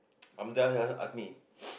Hamzah just ask me